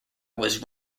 was